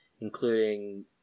including